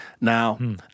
Now